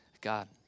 God